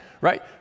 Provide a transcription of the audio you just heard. right